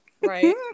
Right